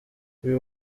uyu